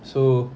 so